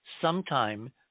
sometime